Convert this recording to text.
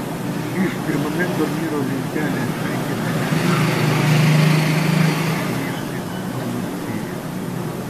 iš pirmame turnyro lentelės penkete esančių komandų į aikštę ėjo tik kauno spyris